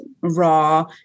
raw